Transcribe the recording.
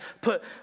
put